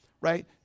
right